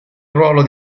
ruolo